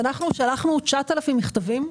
שלחנו 9,000 מכתבים,